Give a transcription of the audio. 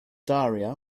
daria